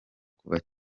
kuva